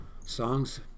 songs